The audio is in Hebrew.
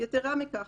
יתרה מכך,